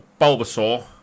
Bulbasaur